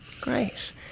great